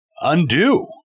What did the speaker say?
undo